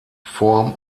form